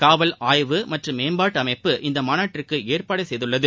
காவல் ஆய்வு மற்றும் மேம்பாட்டு அமைப்பு இந்த மாநாட்டிற்கு ஏற்பாடு செய்துள்ளது